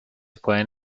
pueden